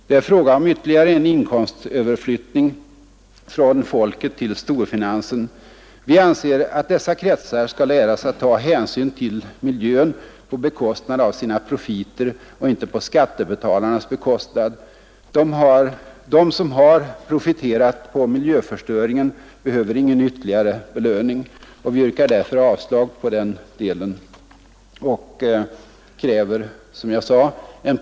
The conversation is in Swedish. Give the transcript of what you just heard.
Det är fråga om ytterligare en inkomstöverflyttning från folket till storfinansen. Vi anser att dessa kretsar skall läras att ta hänsyn till miljön på bekostnad av sina profiter och inte på skattebetalarnas bekostnad. De som har profiterat på miljöförstöringen behöver ingen ytterligare belöning. Vi kräver, som jag sade, snabbt en plan för utbyggnad av statliga och kommunala miljövårdsåtgärder.